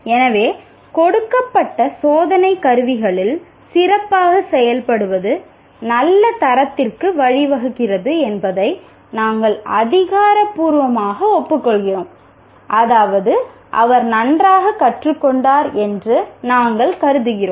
எனவே கொடுக்கப்பட்ட சோதனைக் கருவிகளில் சிறப்பாக செயல்படுவது நல்ல தரத்திற்கு வழிவகுக்கிறது என்பதை நாங்கள் அதிகாரப்பூர்வமாக ஒப்புக்கொள்கிறோம் அதாவது அவர் நன்றாகக் கற்றுக்கொண்டார் என்று நாங்கள் கருதுகிறோம்